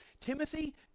Timothy